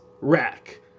rack